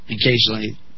Occasionally